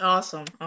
Awesome